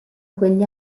quegli